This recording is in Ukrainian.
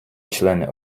члени